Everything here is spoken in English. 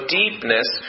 deepness